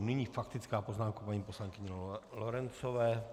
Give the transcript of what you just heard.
Nyní faktická poznámka paní poslankyně Lorencové.